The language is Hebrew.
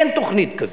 אין תוכנית כזאת.